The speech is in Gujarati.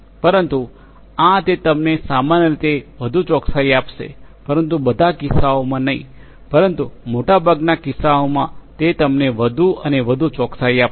પરંતુ આ તે તમને સામાન્ય રીતે વધુ ચોકસાઈ આપશે પરંતુ બધા કિસ્સાઓમાં નહીં પરંતુ મોટાભાગના કિસ્સાઓમાં તે તમને વધુ અને વધુ ચોકસાઈ આપશે